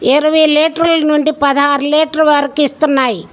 ఇరవై లీటర్ల నుండి పదహారు లీటర్ వరకి ఇస్తున్నాయి